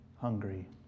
hungry